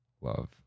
Love